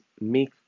make